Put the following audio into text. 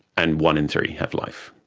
and one in three have life.